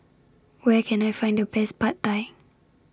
Where Can I Find The Best Pad Thai